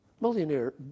Millionaire